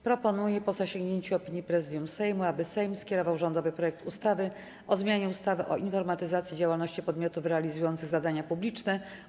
Proponuję, po zasięgnięciu opinii Prezydium Sejmu, aby Sejm skierował rządowy projekt ustawy o zmianie ustawy o informatyzacji działalności podmiotów realizujących zadania publiczne,